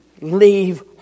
leave